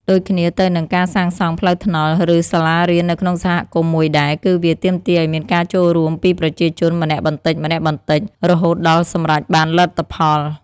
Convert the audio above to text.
ដូចគ្នាទៅនឹង ការសាងសង់ផ្លូវថ្នល់ ឬសាលារៀននៅក្នុងសហគមន៍មួយដែរ គឺវា ទាមទារឱ្យមានការចូលរួមពីប្រជាជនម្នាក់បន្តិចៗ រហូតដល់សម្រេចបានលទ្ធផល។